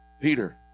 Peter